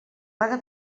paga